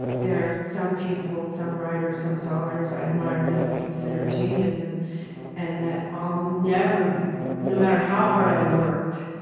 there are some people, some writers, some songwriters i admire that i consider genius and and that i'll never be no matter how hard i worked,